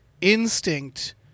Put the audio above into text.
instinct